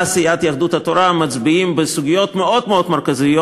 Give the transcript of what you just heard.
סיעת יהדות התורה מצביעים בסוגיות מאוד מאוד מרכזיות,